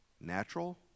natural